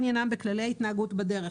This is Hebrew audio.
עניינן בכללי ההתנהגות בדרך.